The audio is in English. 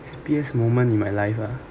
happiest moment in my life ah